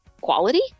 quality